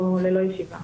ללא ישיבה.